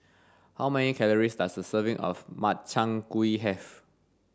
how many calories does a serving of Makchang gui have